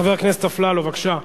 חבר הכנסת אלי אפללו, בבקשה.